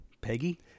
peggy